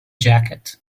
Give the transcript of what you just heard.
jacket